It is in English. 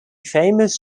famous